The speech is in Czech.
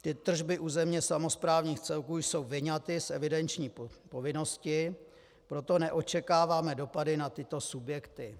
Ty tržby územně samosprávních celků jsou vyňaty z evidenční povinnosti, proto neočekáváme dopady na tyto subjekty.